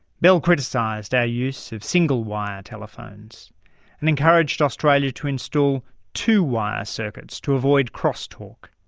bell criticised our use of single-wire telephones and encouraged australia to install two wire circuits to avoid cross talk.